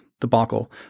debacle